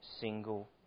single